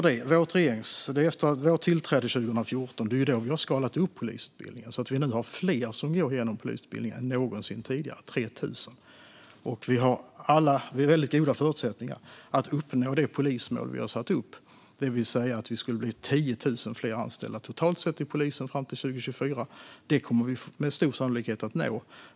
Det är efter vårt tillträde 2014 som vi har skalat upp polisutbildningen, så att det nu är fler som går igenom polisutbildningen än någonsin tidigare, 3 000. Vi har väldigt goda förutsättningar att uppnå det polismål vi har satt upp, det vill säga att det ska bli 10 000 fler anställda totalt sett i polisen fram till 2024. Det kommer vi med stor sannolikhet att nå.